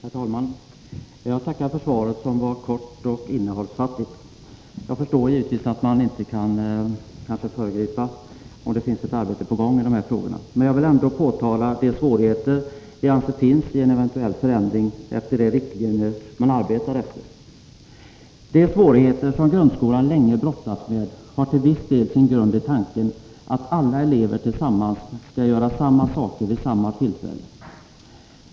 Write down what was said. Herr talman! Jag tackar för svaret, som var kort och innehållsfattigt. Jag förstår givetvis att man inte kan föregripa det arbete som pågår i dessa frågor, men jag vill ändå påtala de problem som vi anser skulle uppstå vid en eventuell förändring i enlighet med de riktlinjer som man arbetar efter. De svårigheter som grundskolan länge brottats med har till viss del sin grund i tanken att alla elever tillsammans skall göra samma saker vid samma tillfälle.